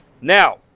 now